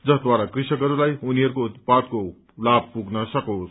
जसद्वारा कृषकहरूलाई उनीहरूको उत्पादको लाभ पुग्न सकोस्